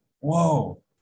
whoa